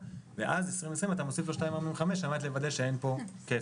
ואז ל-2020 אתה מוסיף 2.45% על מנת לוודא שאין פה כפל.